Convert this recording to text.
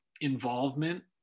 involvement